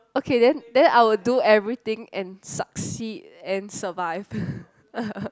okay then then I will do everything and succeed and survive